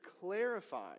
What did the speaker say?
clarify